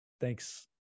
thanks